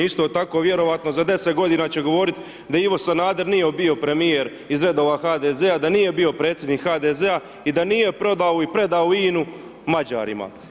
Isto tako vjerojatno za deset godina će govorit da Ivo Sanader nije bio premijer iz redova HDZ-a, da nije bio predsjednik HDZ-a, i da nije prodao i predao INA-u Mađarima.